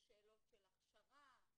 השאלות של הכשרה,